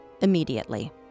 immediately